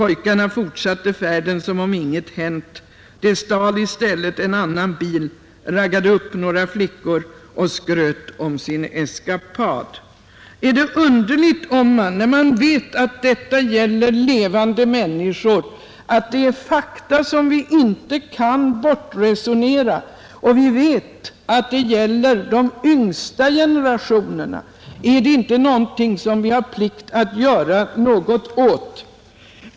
Pojkarna fortsatte färden som om ingenting hänt. De stal i stället en annan bil, raggade upp några flickor och skröt om sin eskapad. Är det underligt om man, när man vet att det gäller levande människor, reagerar inför dessa fakta som inte kan bortresoneras? Vi vet också att det gäller de yngsta generationerna. Är det då inte vår plikt att göra något åt det?